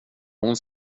hon